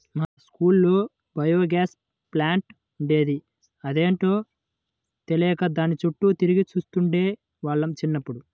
మా స్కూల్లో biogas plant ఉండేది, అదేంటో తెలియక దాని చుట్టూ తిరిగి చూస్తుండే వాళ్ళం చిన్నప్పుడు